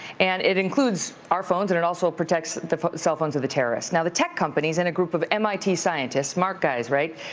and it includes our phones and it also protects the cell phones of the terrorist. now the tech companies and a group of mit scientists, smart guys, right,